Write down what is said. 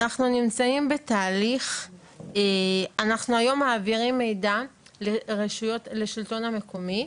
אנחנו נמצאים בתהליך שאנחנו היום מעבירים מידע לשלטון המקומי.